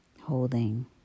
holding